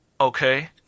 Okay